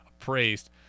appraised